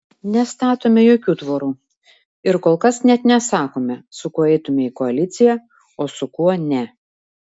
nestatome jokių tvorų ir kol kas net nesakome su kuo eitumėme į koaliciją o su kuo ne